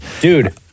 Dude